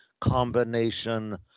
combination